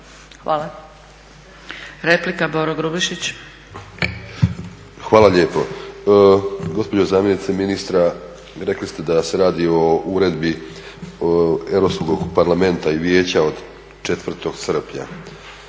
**Grubišić, Boro (HDSSB)** Hvala lijepo. Gospođo zamjenice ministra rekli ste da se radi o Uredbi Europskog parlamenta i Vijeća od 4. srpnja